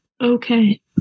Okay